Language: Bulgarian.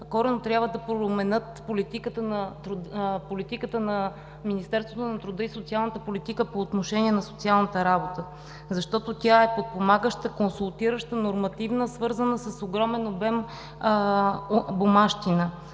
коренно трябва да променят политиката на Министерството на труда и социалната политика по отношение на социалната работа, защото тя е подпомагаща, консултираща, нормативна, свързана с огромен обем бумащина.